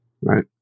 Right